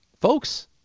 folks